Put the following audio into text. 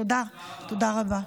תודה רבה.